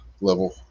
level